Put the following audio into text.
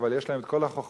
אבל יש להם כל החוכמה,